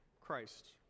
Christ